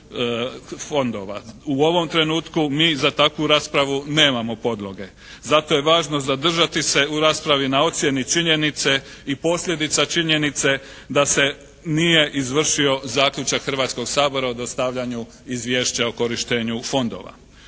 U ovom trenutku mi za takvu raspravu nemamo podloge. Zato je važno zadržati se u raspravi na ocjeni činjenice i posljedica činjenice da se nije izvršio zaključak Hrvatskoga sabora o dostavljanju izvješća o korištenju fondova.